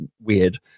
weird